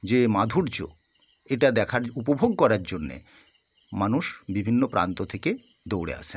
যে মাধুর্য এটা দেখার উপভোগ করার জন্যে মানুষ বিভিন্ন প্রান্ত থেকে দৌড়ে আসেন